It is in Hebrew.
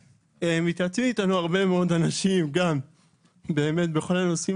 מתייעצים איתנו הרבה מאוד אנשים בכל הנושאים